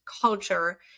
culture